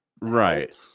Right